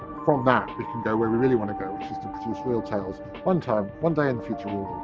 from that we can go where we really want to go, which is to produce real tails one time, one day in the future,